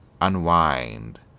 unwind